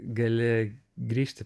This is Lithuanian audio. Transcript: gali grįžti